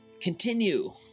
continue